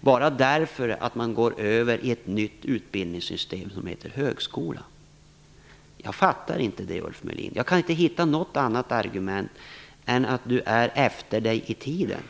bara för att man går över i ett nytt utbildningssystem som heter högskola. Jag fattar inte det, Ulf Melin. Jag kan inte hitta något annat argument än att Ulf Melin är efter i tiden.